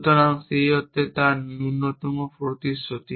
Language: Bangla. সুতরাং সেই অর্থে তার ন্যূনতম প্রতিশ্রুতি